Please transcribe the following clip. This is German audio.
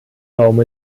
kaum